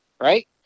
Right